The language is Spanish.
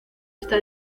esta